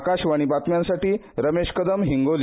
आकाशवाणी बातम्यांसाठी रमेश कदम हिंगोली